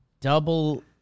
double